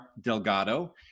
Delgado